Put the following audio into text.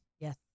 Yes